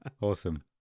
Awesome